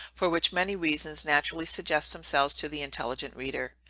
for which many reasons naturally suggest themselves to the intelligent reader.